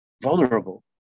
vulnerable